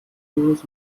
todes